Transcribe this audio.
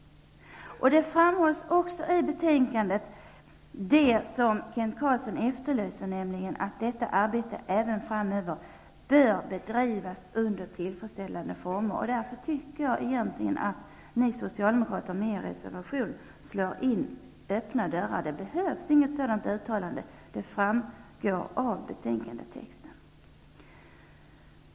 Vidare framhålls i betänkandet det som Kent Carlsson efterlyser, nämligen att detta arbete även framöver bör bedrivas under tillfredsställande former. Jag tycker därför att ni socialdemokrater med er reservation egentligen slår in öppna dörrer. Något sådant uttalande behövs inte. Det framgår av texten i betänkandet.